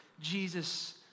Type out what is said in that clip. Jesus